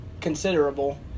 considerable